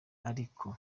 ariko